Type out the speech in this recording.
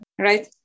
right